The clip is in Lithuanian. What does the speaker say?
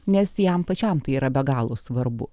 nes jam pačiam tai yra be galo svarbu